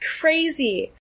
crazy